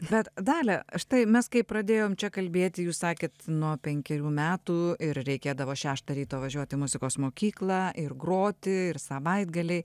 bet dalia štai mes kai pradėjom čia kalbėti jūs sakėt nuo penkerių metų ir reikėdavo šeštą ryto važiuot į muzikos mokyklą ir groti ir savaitgaliai